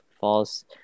false